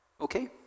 Okay